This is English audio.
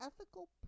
ethical